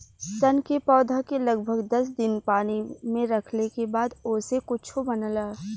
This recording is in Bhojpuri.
सन के पौधा के लगभग दस दिन पानी में रखले के बाद ओसे कुछो बनला